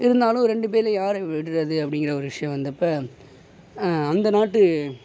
இருந்தாலும் ரெண்டு பேரில் யாரை விடுவது அப்டிங்கிற ஒரு விஷயம் வந்தப்போ அந்த நாட்டு